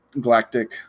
galactic